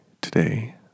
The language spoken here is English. today